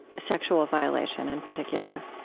sexual violation in particular.